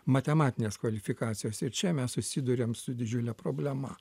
matematinės kvalifikacijos ir čia mes susiduriam su didžiule problema